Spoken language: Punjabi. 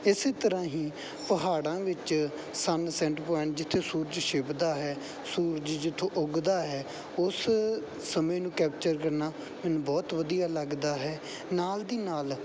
ਇਸ ਤਰ੍ਹਾਂ ਹੀ ਪਹਾੜਾਂ ਵਿੱਚ ਸਨਸੈਂਟ ਪੁਆਇੰਟ ਜਿੱਥੇ ਸੂਰਜ ਛਿਪਦਾ ਹੈ ਸੂਰਜ ਜਿੱਥੋਂ ਉੱਗਦਾ ਹੈ ਉਸ ਸਮੇਂ ਨੂੰ ਕੈਪਚਰ ਕਰਨਾ ਮੈਨੂੰ ਬਹੁਤ ਵਧੀਆ ਲੱਗਦਾ ਹੈ ਨਾਲ ਦੀ ਨਾਲ